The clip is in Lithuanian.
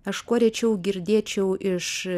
aš kuo rečiau girdėčiau iš